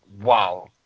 wow